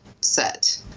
set